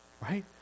Right